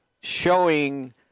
showing